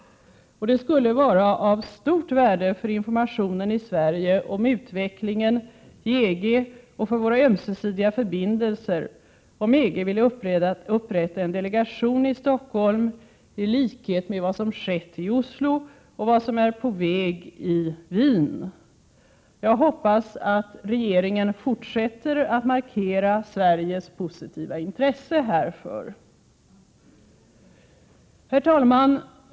Det skulle vara av stort värde för informationen i Sverige om utvecklingen i EG och för våra ömsesidiga förbindelser, om EG ville upprätta en delegation i Stockholm i likhet med vad som skett i Oslo och vad som är på väg i Wien. Jag hoppas att regeringen fortsätter att markera Sveriges positiva intresse härför. Herr talman!